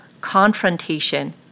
confrontation